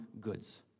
goods